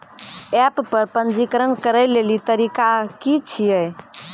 App पर पंजीकरण करै लेली तरीका की छियै?